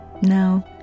Now